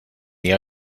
the